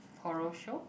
horror show